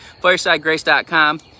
firesidegrace.com